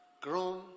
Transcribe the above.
grown